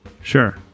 Sure